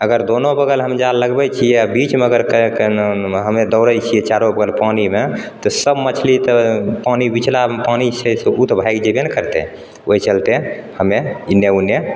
अगर दोनो बगल हम जाल लगबै छियै आ बीचमे हमे दौड़ै छियै चारो बगल पानिमे तऽ सब मछली तऽ पानि बीचला पानि छै तऽ ओ तऽ भागि जेबे ने करतै ओहि चलते हमे इन्ने उन्ने